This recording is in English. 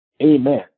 Amen